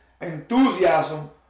enthusiasm